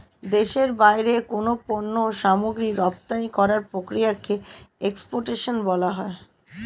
দেশের বাইরে কোনো পণ্য সামগ্রী রপ্তানি করার প্রক্রিয়াকে এক্সপোর্টেশন বলা হয়